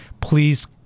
please